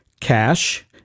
cash